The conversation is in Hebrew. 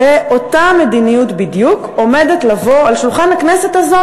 שאותה מדיניות בדיוק עומדת לבוא על שולחן הכנסת הזאת,